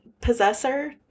possessor